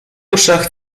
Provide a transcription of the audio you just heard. uszach